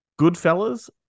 Goodfellas